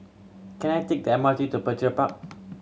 can I take the M R T to Petir Park